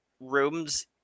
rooms